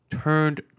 turned